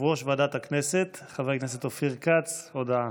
יושב-ראש ועדת הכנסת חבר הכנסת אופיר כץ, הודעה,